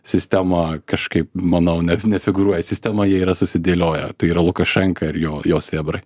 sistemą kažkaip manau ne nefigūruoja sistemaą jie yra susidėlioję tai yra lukašenka ir jo jo sėbrai